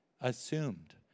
assumed